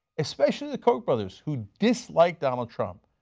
especially the koch brothers who dislike donald trump,